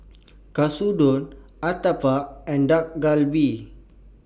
Katsudon Uthapam and Dak Galbi